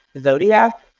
Zodiac